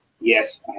yes